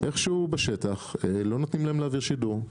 איכשהו בשטח לא נותנים להם להעביר שידור.